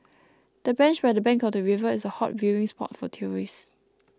the bench by the bank of the river is a hot viewing spot for tourists